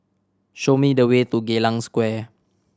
show me the way to Geylang Square